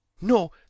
No